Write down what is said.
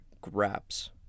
grabs